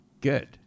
good